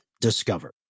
Discover